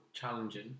challenging